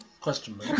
Question